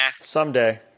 Someday